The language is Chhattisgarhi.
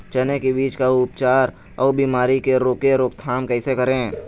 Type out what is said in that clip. चने की बीज का उपचार अउ बीमारी की रोके रोकथाम कैसे करें?